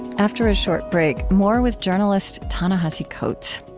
after a short break, more with journalist ta-nehisi coates.